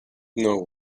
know